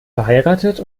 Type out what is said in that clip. verheiratet